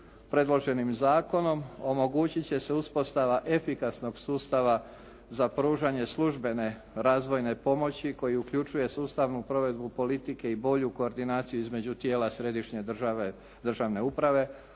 Predloženim zakonom omogućit će se uspostava efikasnog sustava za pružanje službene razvojne pomoći koji uključuje sustavnu provedbu politike i bolju koordinaciju između tijela središnje državne uprave,